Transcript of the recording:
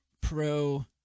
pro –